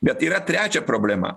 bet yra trečia problema